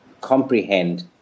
comprehend